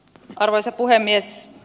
arvoisa puhemies